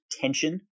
tension